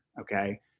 okay